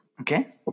okay